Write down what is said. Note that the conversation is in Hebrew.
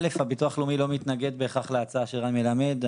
הביטוח הלאומי לא מתנגד בהכרח להצעה של רן מלמד.